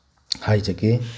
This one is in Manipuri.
ꯍꯥꯏꯖꯒꯦ